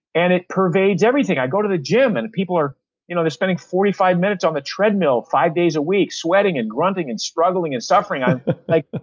and it pervades everything. i go to the gym and people are you know spending forty five minutes on the treadmill, five days a week sweating and grunting and struggling and suffering. i'm like,